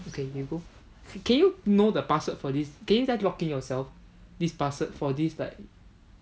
okay you go can you know the password for this can you just log in yourself this password for this like